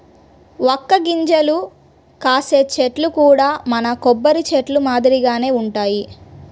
వక్క గింజలు కాసే చెట్లు కూడా మన కొబ్బరి చెట్లు మాదిరిగానే వుంటయ్యి